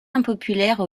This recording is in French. impopulaire